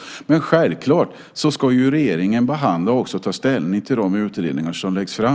Men självklart ska regeringen behandla och också ta ställning till de utredningar som läggs fram.